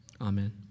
amen